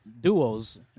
duos